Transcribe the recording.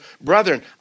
brethren